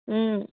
ಹ್ಞೂ